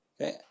Okay